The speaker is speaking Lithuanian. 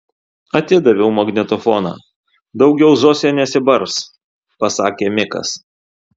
atidaviau magnetofoną daugiau zosė nesibars pasakė mikas